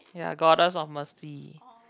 ya Goddess of Mercy